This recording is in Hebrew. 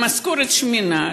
המשכורת שמנה,